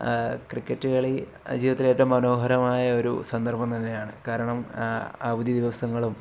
cricket കളി ജീവിതത്തിലേറ്റവും മനോഹരമായ ഒരു സന്ദർഭം തന്നെയാണ് കാരണം അവധി ദിവസങ്ങളും